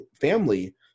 family